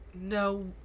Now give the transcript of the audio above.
No